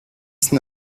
snow